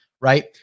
Right